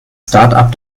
startup